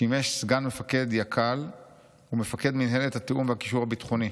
שימש סגן מפקד יק"ל ומפקד מינהלת התיאום והקישור הביטחוני,